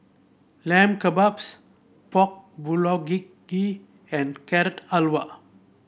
Lamb Kebabs Pork and Carrot Halwa